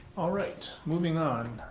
alright, moving on.